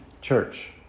church